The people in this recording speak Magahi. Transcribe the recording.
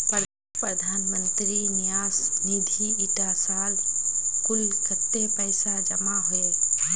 प्रधानमंत्री न्यास निधित इटा साल कुल कत्तेक पैसा जमा होइए?